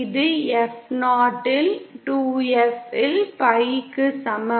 இது F0 இல் 2 F இல் pi க்கு சமம்